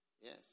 Yes